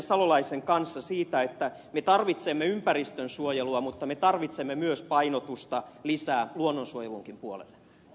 salolaisen kanssa siitä että me tarvitsemme ympäristönsuojelua mutta me tarvitsemme myös painotusta lisää luonnonsuojelunkin puolelle